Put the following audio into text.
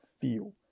feel